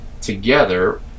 together